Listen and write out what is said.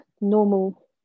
normal